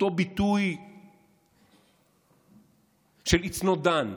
אותו ביטוי ש-It's not done,